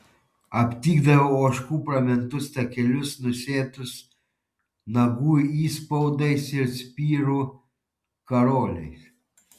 aptikdavau ožkų pramintus takelius nusėtus nagų įspaudais ir spirų karoliais